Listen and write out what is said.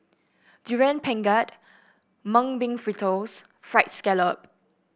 Durian Pengat Mung Bean Fritters fried scallop